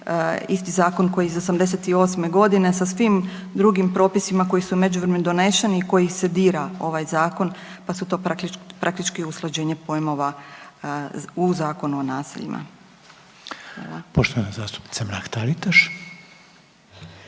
isti zakon koji je iz '88.g. sa svim drugim propisima koji su u međuvremenu doneseni i kojih se dira ovaj zakon, pa su to praktički usklađenje pojmova u Zakonu o naseljima. **Reiner, Željko